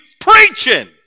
preaching